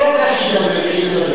חברת הכנסת זוארץ, את רוצה שאני, העובדים.